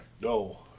No